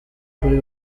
kuri